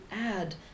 add